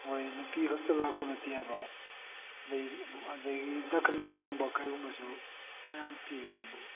ꯃꯣꯏ ꯅꯨꯄꯤꯈꯛꯇ ꯂꯥꯛꯄ ꯅꯠꯇꯦꯕ ꯑꯗꯗꯤ ꯗꯈꯤꯅꯥꯒꯨꯝꯕ ꯀꯩꯒꯨꯝꯕꯁꯨ ꯃꯌꯥꯝ ꯄꯤꯕꯅꯤ